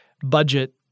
budget